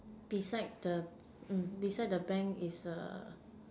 beside the mm beside the bank is a